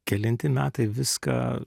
kelinti metai viską